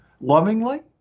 lovingly